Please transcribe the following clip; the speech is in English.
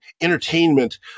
entertainment